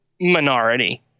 minority